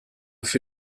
für